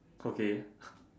okay